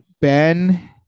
Ben